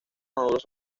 maduros